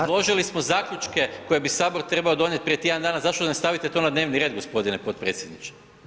Predložili smo zaključke koje bi Sabor trebao donijeti prije tjedan dana zašto ne stavite to na dnevni red gospodine potpredsjedniče?